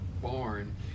barn